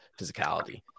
physicality